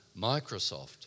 Microsoft